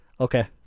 Okay